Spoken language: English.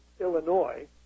Illinois